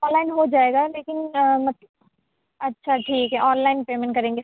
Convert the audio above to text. on line ہو جائے گا لیکن اچھا ٹھیک ہے آن لائن پیمنٹ کریں گے